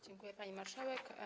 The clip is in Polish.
Dziękuję, pani marszałek.